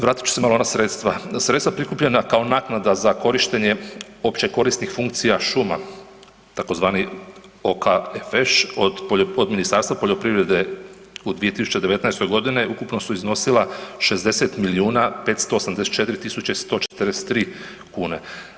Vratit ću se na sredstva, sredstva prikupljena kao naknada za korištenje opće korištenja funkcija šuma tzv. OKFŠ od Ministarstva poljoprivrede u 2019.g. ukupno su iznosila 60 milijuna 584 tisuće 134 kune.